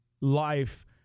life